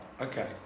Okay